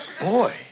Boy